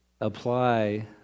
apply